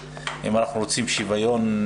אם אנחנו רוצים שוויון,